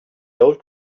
old